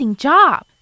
job